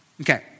Okay